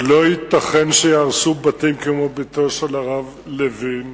לא ייתכן שיהרסו בתים כמו ביתו של הרב לוין,